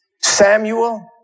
Samuel